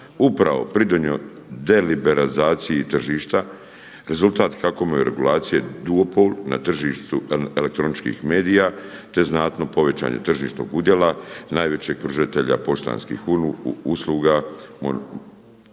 upravo pridonio deliberalizaciji tržišta. Rezultat HAKOM-a i regulacije duopol na tržištu elektroničkih medija te znatno povećanje tržišnog udjela, najvećeg pružatelja poštanskih usluga u